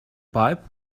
pipe